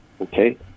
Okay